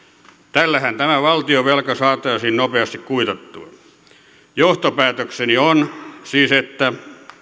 tällähän tämä valtionvelka saataisiin nopeasti kuitattua johtopäätökseni on siis että